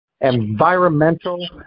environmental